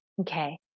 Okay